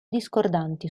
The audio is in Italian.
discordanti